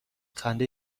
خنده